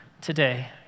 today